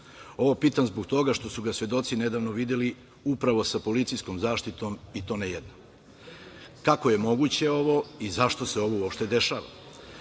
Ovo pitam zbog toga što su ga svedoci nedavno videli upravo sa policijskom zaštitom i to ne jednom. Kako je moguće ovo i zašto se ovo uopšte dešava?